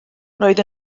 roedd